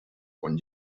con